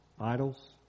idols